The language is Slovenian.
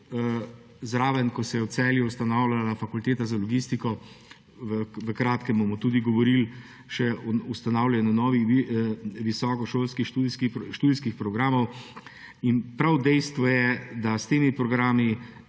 zraven, ko se je v Celju ustanavljala Fakulteta za logistiko, v kratkem bomo govorili še o ustanavljanju novih visokošolskih študijskih programov. In prav dejstvo je, da s temi programi